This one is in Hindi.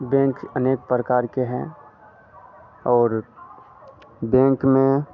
बेंक अनेक प्रकार के हैं और बेंक में